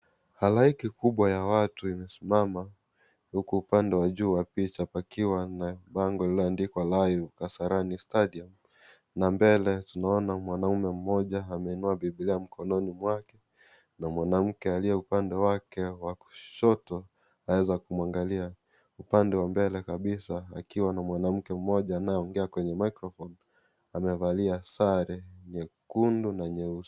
Halaiki kubwa ya watu wamesimama huku upande wa juu wa picha pakiwa na bango lililoandikww Live Kasarani Stadium . Na mbele tunaona mwanaume mmoja ameinua Biblia mkononi mwake na mwanamke aliye upande wake wa kushoto aweza kumwangalia. Upande wa mbele kabisa akiwa na mwanamke mmoja anayeongea kwenye microphone , amevalia sare nyekundu na nyeusi.